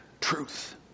truth